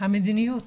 המדיניות